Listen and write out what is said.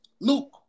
Luke